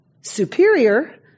superior